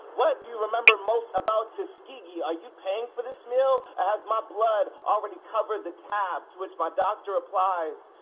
what do you remember most about tuskegee? are you paying for this meal or has my blood already covered the tab? to which my doctor replies,